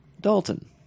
Dalton